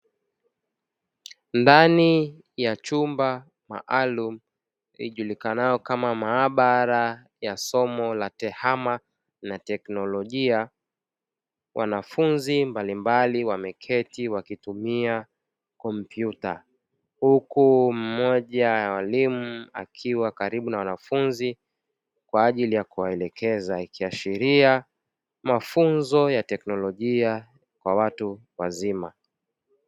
Ndani ya chumba maalum, ijulikanayo kama Maabara ya somo la Tehama na Teknolojia, wanafunzi mbalimbali wameketi wakitumia kompyuta, huku mmoja ya walimu akiwa karibu na wanafunzi kwa ajili ya kuwaelekeza ikiashiria mafunzo ya teknolojia kwa watu wazima.